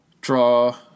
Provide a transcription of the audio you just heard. draw